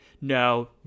no